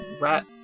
rat